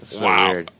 Wow